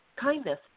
kindness